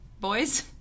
boys